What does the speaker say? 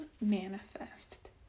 manifest